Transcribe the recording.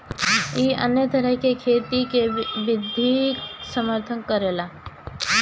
इ अन्य तरह के खेती के विधि के समर्थन करेला